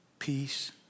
Peace